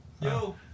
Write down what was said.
Yo